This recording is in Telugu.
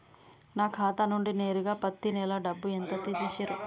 నా ఖాతా నుండి నేరుగా పత్తి నెల డబ్బు ఎంత తీసేశిర్రు?